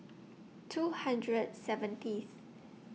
two hundred seventieth